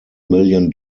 million